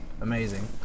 amazing